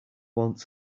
want